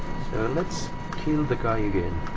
so let's kill the guy again.